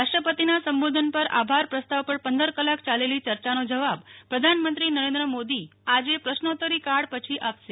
રાષ્ટ્રપતિના સંબોધન પર આભાર પ્રસ્તાવ પરપંદર કલાક યાલેલી યર્યાનો જવાબ પ્રધાનમંત્રી નરેન્દ્ર મોદી આજે પ્રશ્નોત્તરીકાળ પછી આપશે